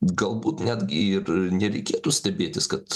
galbūt netgi ir nereikėtų stebėtis kad